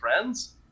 friends